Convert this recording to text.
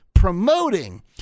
promoting